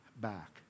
back